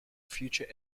future